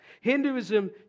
Hinduism